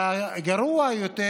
והגרוע יותר,